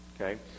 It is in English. okay